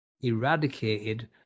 eradicated